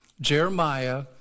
Jeremiah